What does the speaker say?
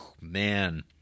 Man